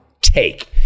take